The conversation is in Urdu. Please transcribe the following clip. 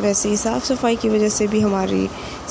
ویسے ہی صاف صفائی کی وجہ سے بھی ہماری